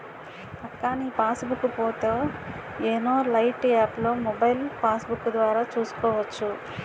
అక్కా నీ passbook పోతో యోనో లైట్ యాప్లో మొబైల్ పాస్బుక్కు ద్వారా చూసుకోవచ్చు